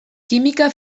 kimika